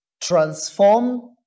transform